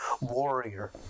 warrior